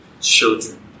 children